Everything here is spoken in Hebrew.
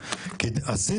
לוותר.